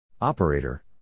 Operator